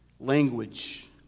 Language